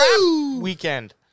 weekend